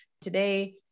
today